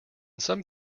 some